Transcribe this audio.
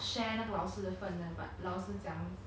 other than your class she got teach other classes right